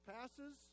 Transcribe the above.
passes